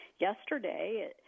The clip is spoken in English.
yesterday